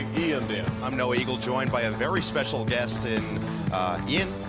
ian then? i'm noah eagle joined by a very special guest in ian,